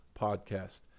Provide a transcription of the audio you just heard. podcast